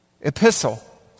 epistle